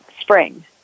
spring